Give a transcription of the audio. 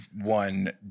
one